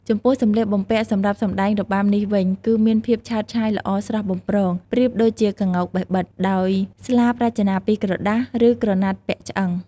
ចំពោះសម្លៀកបំពាក់សម្រាប់សម្តែងរបាំនេះវិញ គឺមានភាពឆើតឆាយល្អស្រស់បំព្រង ប្រៀបដូចជាក្ងោកបេះបិទ ដោយស្លាបរចនាពីក្រដាស ឬក្រណាត់ពាក់ឆ្អឹង ។